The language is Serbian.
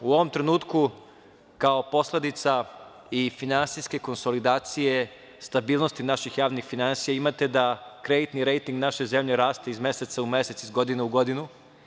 U ovom trenutku, kao posledica i finansijske konsolidacije, stabilnosti naših javnih finansija, imate da kreditni rejting naše zemlje raste iz meseca u mesec, iz godine u godinu.